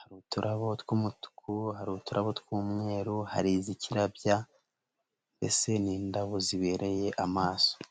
hari uturabo tw'umutuku, hari uturabo tw'umweru, hari izikirabya, mbese ni indabo zibereye amaso.